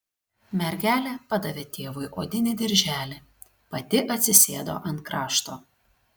mergelė padavė tėvui odinį dirželį pati atsisėdo ant krašto